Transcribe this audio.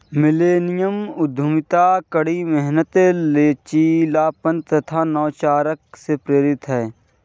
millennium उद्यमिता कड़ी मेहनत, लचीलापन तथा नवाचार से प्रेरित है